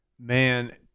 Man